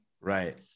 Right